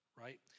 right